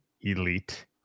elite